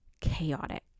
chaotic